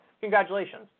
Congratulations